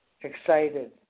excited